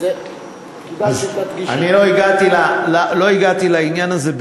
וזה כדאי שתדגיש, אני לא הגעתי לעניין הזה.